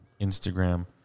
Instagram